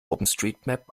openstreetmap